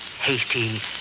hasty